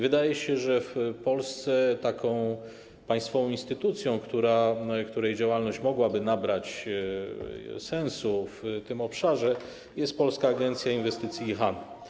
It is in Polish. Wydaje się, że w Polsce taką państwową instytucją, której działalność mogłaby nabrać sensu w tym obszarze, jest Polska Agencja Inwestycji i Handlu.